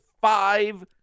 five